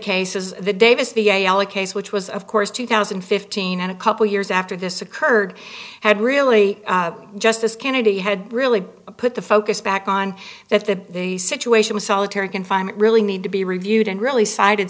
cases the davis biala case which was of course two thousand and fifteen and a couple of years after this occurred had really justice kennedy had really put the focus back on that the the situation in solitary confinement really need to be reviewed and really cited